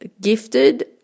gifted